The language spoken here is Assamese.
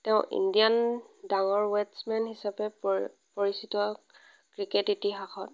তেওঁ ইণ্ডিয়ান ডাঙৰ বেটছ্মেন হিচাপে পৰি পৰিচিত ক্ৰিকেট ইতিহাসত